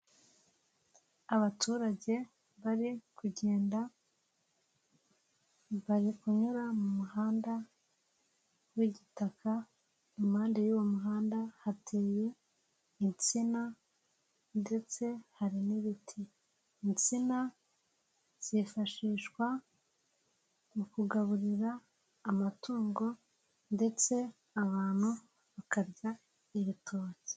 Abaturage bari kugenda, bari kunyura mu muhanda w'igitaka, impande y'uwo muhanda hateye insina ndetse hari n'ibiti; insina zifashishwa mu kugaburira amatungo ndetse abantu bakarya ibitoki.